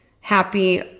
happy